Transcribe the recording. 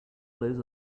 blows